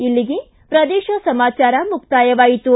ಇಲ್ಲಿಗೆ ಪ್ರದೇಶ ಸಮಾಚಾರ ಮುಕ್ತಾಯವಾಯಿತು